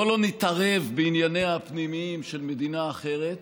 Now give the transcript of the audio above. בואו לא נתערב בענייניה הפנימיים של מדינה אחרת,